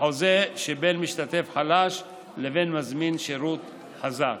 בחוזה שבין משתתף חלש לבין מזמין שירות חזק.